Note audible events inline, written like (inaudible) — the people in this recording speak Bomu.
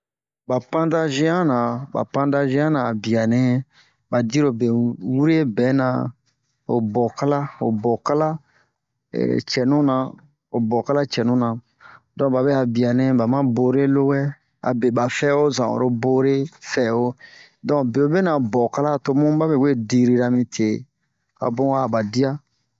ba panda ge'yan na ba panda ge'yan na a bianɛ ba dirobe we wure bɛna ho bɔkala ho bokala (hesitation) cɛnu na ho bokala cɛnu na don babe a bianɛ ba ma bore lowɛ abe ba fɛ'o zan oro bore fɛ'o don bewobenɛ a bokala yo mu babe we dirira mi te a bun a ba dia